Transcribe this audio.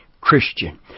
Christian